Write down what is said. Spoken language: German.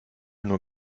nur